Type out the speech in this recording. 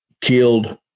killed